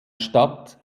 stadt